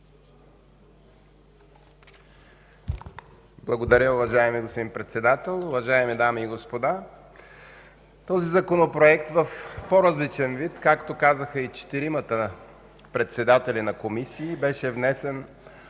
Благодаря, уважаеми господин Председател. Уважаеми дами и господа! Този Законопроект в по-различен вид, както казаха и четиримата председатели на комисии, беше внесен